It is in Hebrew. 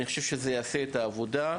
אני חושב שזה יעשה את העבודה.